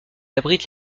abrite